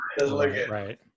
Right